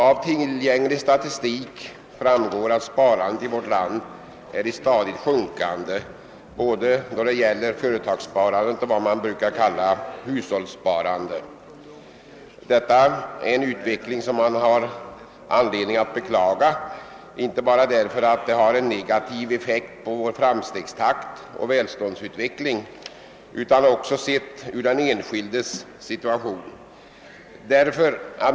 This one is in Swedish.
Av tillgänglig statistik framgår att sparandet i vårt land är stadigt sjunkande i vad gäller både företagssparandet och vad man brukar kalla hushållssparandet. Detta är en utveckling som man har anledning att beklaga inte bara på grund av dess negativa effekt på vår framstegstakt och välståndsutveckling utan också från den enskildes synpunkt.